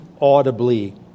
audibly